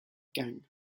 gang